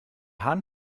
hahn